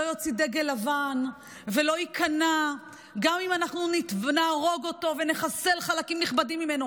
לא יוציא דגל לבן ולא ייכנע גם אם נהרוג אותו ונחסל חלקים נכבדים ממנו.